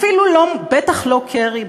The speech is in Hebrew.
בטח לא קרי,